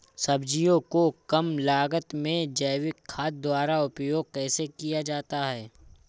सब्जियों को कम लागत में जैविक खाद द्वारा उपयोग कैसे किया जाता है?